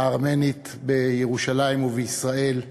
הארמנית בירושלים ובישראל,